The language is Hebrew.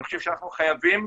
אני חושב שאנחנו חייבים